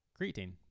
creatine